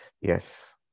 Yes